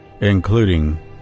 including